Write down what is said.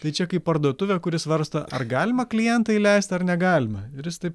tai čia kaip parduotuvė kuri svarsto ar galima klientą įleist ar negalima ir jis taip